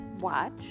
watch